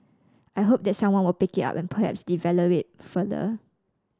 I hope that someone will pick it up and perhaps develop it further